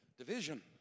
Division